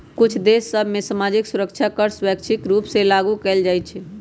कुछ देश सभ में सामाजिक सुरक्षा कर स्वैच्छिक रूप से लागू कएल जाइ छइ